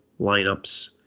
lineups